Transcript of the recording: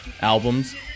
albums